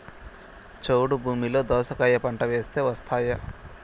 చౌడు భూమిలో దోస కాయ పంట వేస్తే వస్తాయా?